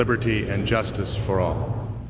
liberty and justice for all